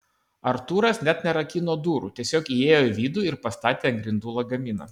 artūras net nerakino durų tiesiog įėjo į vidų ir pastatė ant grindų lagaminą